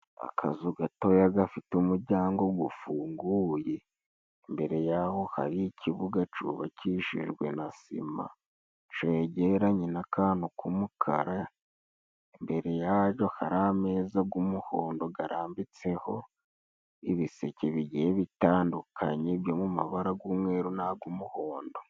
Akazu gatoya gafite umuryango gufunguye, imbere yaho hari ikibuga cubakishijwe na sima cegeranye n'akantu k'umukara, imbere yaho hari ameza g'umuhondo garambitseho ibiseke bigiye bitandukanye byo mu mabara g'umweru n'ag' umuhondo.